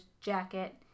jacket